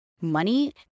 Money